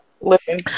listen